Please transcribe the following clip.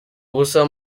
ubusa